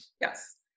yes